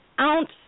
ounce